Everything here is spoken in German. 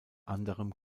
anderem